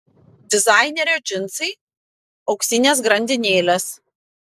dizainerio džinsai auksinės grandinėlės